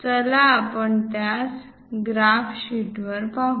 चला आपण त्यास ग्राफ शीटवर पाहू